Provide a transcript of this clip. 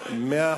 אני רואה